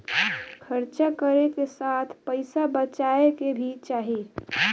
खर्च करे के साथ पइसा बचाए के भी चाही